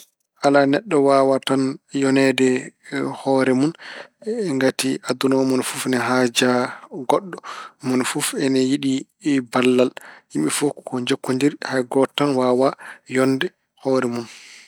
Alaa, neɗɗo waawaa tan yoneede hoore mun ngati aduna o mone fof ene haaja goɗɗo, mone fof ene yiɗi ballal. Yimɓe ko ko njokkondiri, hay gooto tan waawaa yonde hoore mun.